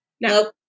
Nope